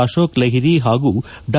ಅಶೋಕ್ ಲಹಿರಿ ಹಾಗೂ ಡಾ